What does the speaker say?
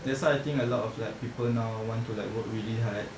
that's why I think a lot of like people now want to like work really hard